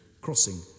crossing